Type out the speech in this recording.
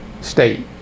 state